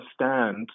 understand